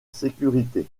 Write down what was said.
sécurité